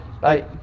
bye